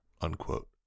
unquote